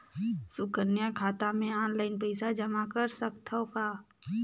सुकन्या खाता मे ऑनलाइन पईसा जमा कर सकथव का?